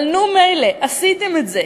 אבל נו, מילא, עשיתם את זה.